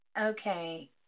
okay